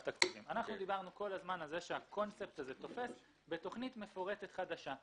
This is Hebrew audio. דיברנו כל הזמן שהקונספט הזה תופס בתכנית מפורטת חדשה.